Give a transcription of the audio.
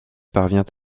parvient